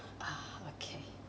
ah okay